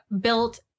built